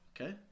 Okay